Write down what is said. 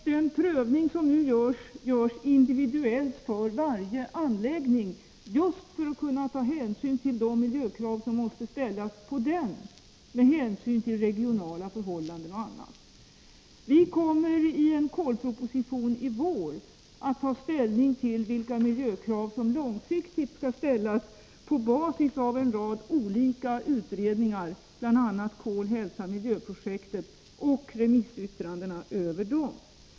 Den prövning som nu görs företas individuellt för varje anläggning just för att man skall kunna ta hänsyn till de miljökrav som måste ställas på den med hänsyn till regionala förhållanden och annat. Vi kommer i en kolproposition i vår att ta ställning till vilka miljökrav som långsiktigt skall ställas på basis av en rad olika utredningar, bl.a. kol-, hälsaoch miljöprojektet, och remissyttrandena över dem.